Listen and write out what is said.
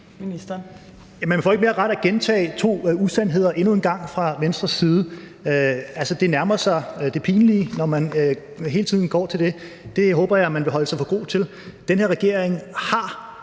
Man får ikke mere ret af at gentage to usandheder endnu en gang fra Venstres side. Altså, det nærmer sig det pinlige, når man hele tiden går til det. Det håber jeg at man vil holde sig for god til. Den her regering har